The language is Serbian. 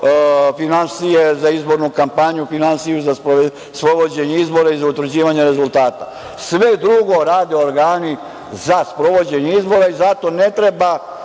finansije za izbornu kampanju, finansije za sprovođenje izbora i za utvrđivanje rezultata. Sve drugo rade organi za sprovođenje izbora i zato ne treba